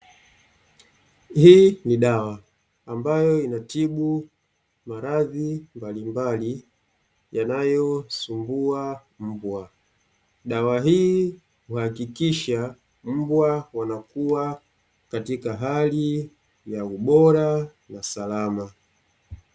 Hii ni dawa ambayo inatibu maradhi mbalimbali, yanayosumbua mbwa. Dawa hii huhakikisha mbwa wanakuwa katika hali ya ubora na salama.